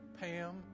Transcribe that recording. Pam